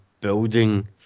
building